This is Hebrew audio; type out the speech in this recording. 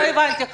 לא הבנתי.